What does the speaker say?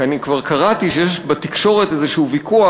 כי אני כבר קראתי בתקשורת שיש ויכוח,